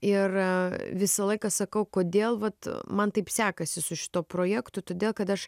ir visą laiką sakau kodėl vat man taip sekasi su šituo projektu todėl kad aš